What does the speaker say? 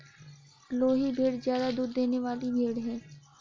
लोही भेड़ ज्यादा दूध देने वाली भेड़ है